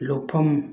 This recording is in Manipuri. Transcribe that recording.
ꯂꯧꯐꯝ